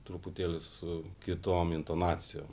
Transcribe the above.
truputėlį su kitom intonacijom